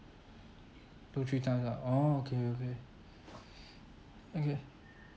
two three times ah oh okay okay okay